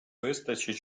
вистачить